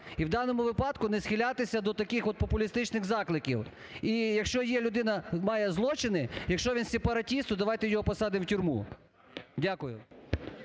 і у даному випадку не схилятися до таких от популістичних закликів. І якщо є людина, має злочини, якщо він сепаратист, то давайте його посадимо у тюрму. Дякую.